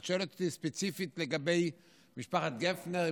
את שואלת אותי ספציפית לגבי משפחת גפנר,